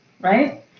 right